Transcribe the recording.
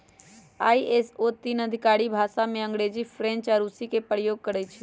ISO तीन आधिकारिक भाषामें अंग्रेजी, फ्रेंच आऽ रूसी के प्रयोग करइ छै